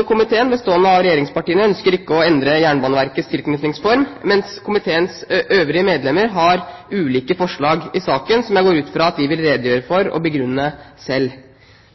i komiteen, bestående av regjeringspartiene, ønsker ikke å endre Jernbaneverkets tilknytningsform, mens komiteens øvrige medlemmer har ulike forslag i saken, som jeg går ut fra at de vil redegjøre for og begrunne selv.